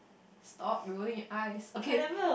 stop you only get ice okay